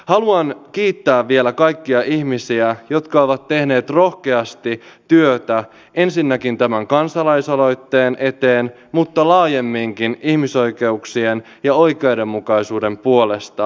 haluan kiittää vielä kaikkia ihmisiä jotka ovat tehneet rohkeasti työtä ensinnäkin tämän kansalaisaloitteen eteen mutta laajemminkin ihmisoikeuksien ja oikeudenmukaisuuden puolesta yhteiskunnassamme